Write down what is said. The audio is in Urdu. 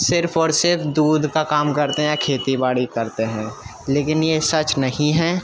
صرف اور صرف دودھ کا کام کرتے ہیں کھیتی باڑی کرتے ہیں لیکن یہ سچ نہیں ہے